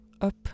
up